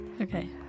Okay